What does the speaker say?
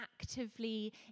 actively